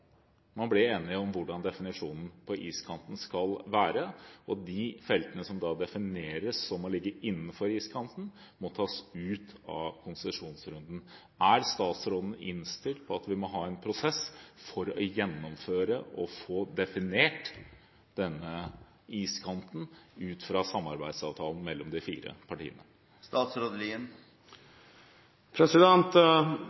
man bli enige om hvordan definisjonen på iskanten skal være, og de feltene som defineres å ligge innenfor iskanten, må tas ut av konsesjonsrunden. Er statsråden innstilt på at vi må ha en prosess for å gjennomføre og få definert iskanten ut fra samarbeidsavtalen mellom de fire partiene?